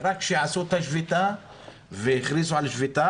כששבתו והכריזו עליה,